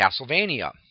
Castlevania